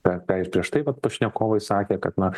ką ką ir prieš tai vat pašnekovai sakė kad na